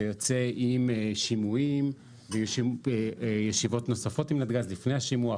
שיוצא עם שימועים וישיבות נוספות עם נתג"ז לפני השימוע,